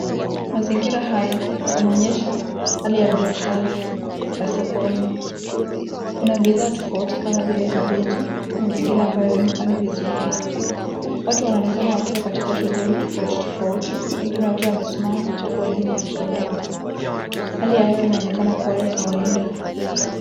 Mazingira haya yanaoyesha hali ya biashara za sokoni. Kuna bidhaa tofauti kama vile kabichi na mengine ambayo hayaonekani vizuri. watu wanaonekana wako katika shughuli tofauti tofauti wengine wakiwa wamesimama wengine wakiinama. Hali ya hewa inaonekana kuwa ya kawaida.